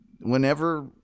whenever